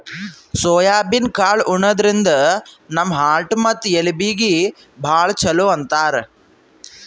soybean ಕಾಳ್ ಉಣಾದ್ರಿನ್ದ ನಮ್ ಹಾರ್ಟ್ ಮತ್ತ್ ಎಲಬೀಗಿ ಭಾಳ್ ಛಲೋ ಅಂತಾರ್